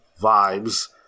vibes